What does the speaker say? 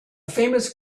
famous